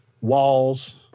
walls